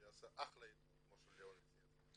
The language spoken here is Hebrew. הוא יעשה אחלה עיתון, כמו שליאון --- אלה